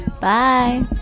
bye